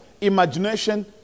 imagination